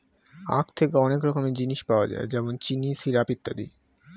আখ থেকে অনেক রকমের জিনিস পাওয়া যায় যেমন চিনি, সিরাপ ইত্যাদি